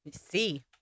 See